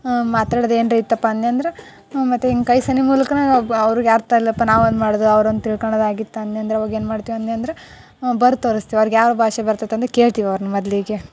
ಮಾತಾಡೋದು ಏನಾದ್ರೂ ಇತ್ತಪ್ಪ ಅನ್ಯಂದ್ರ ಹ್ಞೂ ಮತ್ತೆ ಹಿಂಗೆ ಕೈ ಸನ್ನೆ ಮೂಲಕನೂ ಅಬ್ ಅವರಿಗೆ ಅರ್ಥ ಆಗ್ಲಪ್ಪ ನಾವೇನು ಮಾಡಿದೋ ಅವ್ರೊಂದು ತಿಳ್ಕೊಳ್ಳೋದಾಗಿದ್ರೆ ಅನ್ಯಂದ್ರ ಅವಾಗ ಏನು ಮಾಡ್ತೀವಿ ಅನ್ನಿ ಅಂದ್ರ ಬರ್ದು ತೋರಿಸ್ತೀವಿ ಅವ್ರಿಗೆ ಯಾವು ಭಾಷೆ ಬರ್ತೈತಂದು ಕೇಳ್ತೀವಿ ಅವ್ರ್ನ ಮೊದ್ಲಿಗೆ